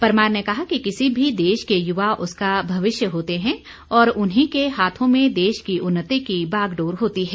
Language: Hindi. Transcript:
परमार ने कहा कि किसी भी देश के युवा उसका भविष्य होते हैं और उन्हीं के हाथों में देश की उन्नति की बागडोर होती है